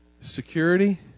security